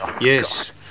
Yes